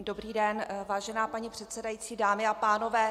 Dobrý den, vážená paní předsedající, dámy a pánové.